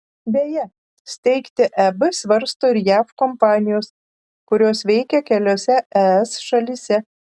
beje steigti eb svarsto ir jav kompanijos kurios veikia keliose es šalyse